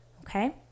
okay